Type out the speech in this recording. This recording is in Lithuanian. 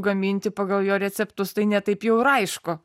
gaminti pagal jo receptus tai ne taip jau ir aišku